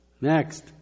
Next